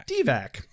Dvac